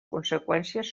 conseqüències